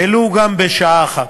ולו גם בשנה אחת.